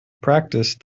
practice